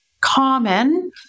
common